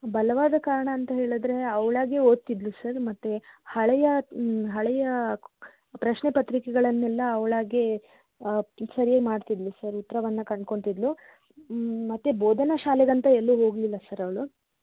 ಬಲವಾದ ಕಾರಣ ಅಂತ ಹೇಳಿದ್ರೆ ಅವ್ಳಾಗೇ ಓದ್ತಿದ್ದಳು ಸರ್ ಮತ್ತು ಹಳೆಯ ಹಳೆಯ ಪ್ರಶ್ನೆ ಪತ್ರಿಕೆಗಳನ್ನೆಲ್ಲ ಅವಳಾಗೇ ಸರ್ಯಾಗಿ ಮಾಡ್ತಿದ್ದಳು ಸರ್ ಉತ್ರವನ್ನು ಕಂಡುಕೊಳ್ತಿದ್ಲು ಮತ್ತು ಬೋಧನಾ ಶಾಲೆಗಂತ ಎಲ್ಲೂ ಹೋಗಲಿಲ್ಲ ಸರ್ ಅವಳು